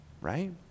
right